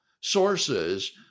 sources